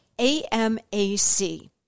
A-M-A-C